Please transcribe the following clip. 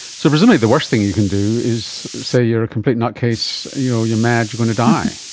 so presumably the worst thing you can do is say you're a complete nutcase, you know you're mad, you're going to die.